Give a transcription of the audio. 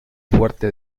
fuerte